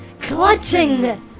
clutching